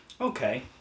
okay